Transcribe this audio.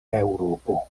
eŭropo